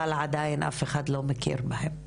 אבל עדיין אף אחד לא מכיר בהם,